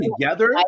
together